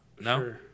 No